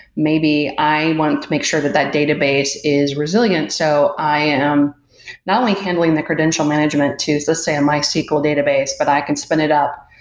maybe i want to make sure that that database is resilient so i am not only handling the credential management to, let's so say, a mysql database, but i can spin it up,